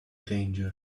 danger